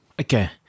okay